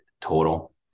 total